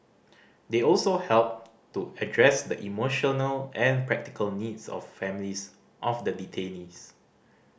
they also helped to address the emotional and practical needs of families of the detainees